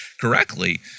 correctly